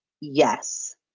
Yes